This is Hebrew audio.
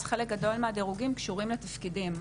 חלק גדול מהדירוגים קשורים לתפקידים,